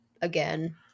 again